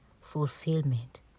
fulfillment